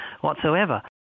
whatsoever